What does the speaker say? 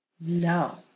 No